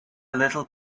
little